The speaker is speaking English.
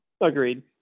Agreed